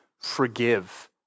Forgive